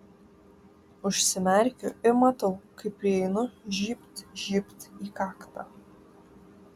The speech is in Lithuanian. užsimerkiu ir matau kaip prieinu žybt žybt į kaktą